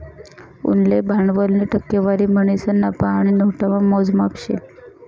उनले भांडवलनी टक्केवारी म्हणीसन नफा आणि नोटामा मोजमाप शे